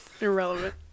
Irrelevant